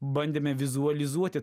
bandėme vizualizuoti